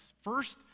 first